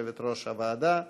יושבת-ראש הוועדה.